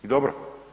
I dobro.